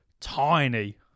tiny